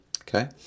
Okay